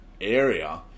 area